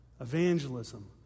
Evangelism